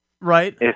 Right